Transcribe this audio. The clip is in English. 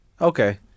Okay